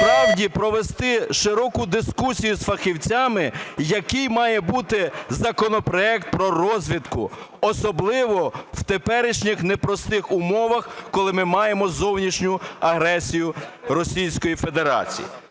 провести широку дискусію з фахівцями який має бути законопроект про розвідку, особливо в теперішніх непростих умовах, коли ми маємо зовнішню агресію Російської Федерації.